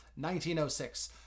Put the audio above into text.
1906